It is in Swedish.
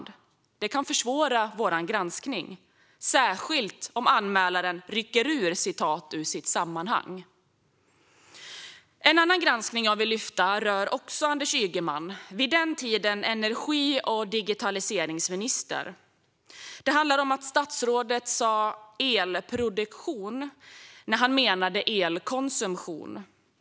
Det kan försvåra vår granskning, särskilt om anmälaren rycker citat ur sitt sammanhang. En annan granskning jag vill lyfta upp rör också Anders Ygeman, vid den tiden energi och digitaliseringsminister. Den handlar om att statsrådet sa "elproduktion" när han menade "elkonsumtion".